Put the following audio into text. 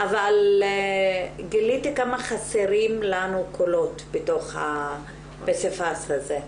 אבל גיליתי כמה חסרים לנו קולות בתוך הפסיפס הזה,